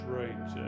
right